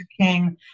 King